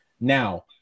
Now